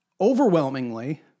overwhelmingly